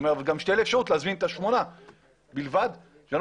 תהיה לי אפשרות להזמין את השמונה בלבד ושלא